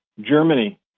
Germany